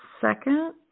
second